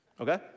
Okay